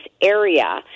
area